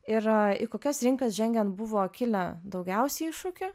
ir į kokias rinkas žengiant buvo kilę daugiausiai iššūkių